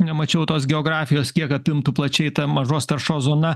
nemačiau tos geografijos kiek apimtų plačiai ta mažos taršos zona